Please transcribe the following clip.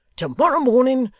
to-morrow morning,